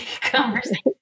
conversation